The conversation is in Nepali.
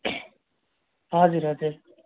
हजुर हजुर